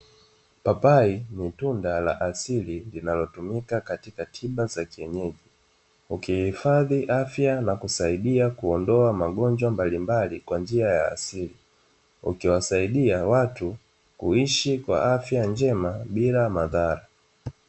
Papapi ni tunda la asili linalotumika katika tiba za kienyeji, ukihifadhi afya na kusaidia kuondoa magonjwa mbalimbali kwa njia ya asili, ukiwasaidia watu kuishi kwa afya njema bila madhara.